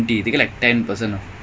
it's not twenty